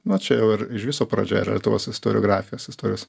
na čia jau ir iš viso pradžia yra lietuvos istoriografijos istorijos